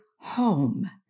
home